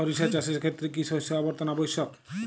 সরিষা চাষের ক্ষেত্রে কি শস্য আবর্তন আবশ্যক?